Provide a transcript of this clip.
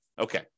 Okay